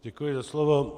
Děkuji za slovo.